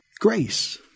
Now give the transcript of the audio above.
Grace